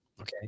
Okay